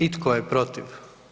I tko je protiv?